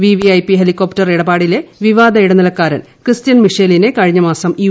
VVIP helicopter ഇടപാടിലെ പ്രിപ്ടിദ്ദ് ഇടനിലക്കാരൻ ക്രിസ്റ്റ്യൻ മിഷേലിനെ കഴിഞ്ഞമാസം യു